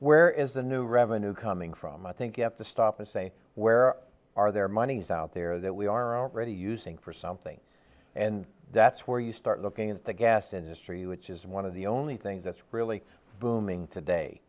where is the new revenue coming from i think you have to stop and say where are their monies out there that we are already using for something and that's where you start looking at the gas industry which is one of the only things that's really booming today